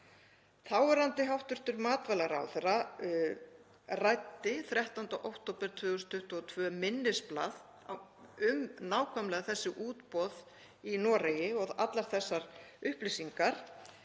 Þáverandi hæstv. matvælaráðherra ræddi 13. október 2022 minnisblað um nákvæmlega þessi útboð í Noregi og allar þessar upplýsingar,